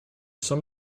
some